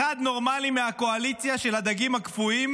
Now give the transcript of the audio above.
אחד נורמלי מהקואליציה של הדגים הקפואים